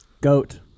Goat